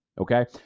Okay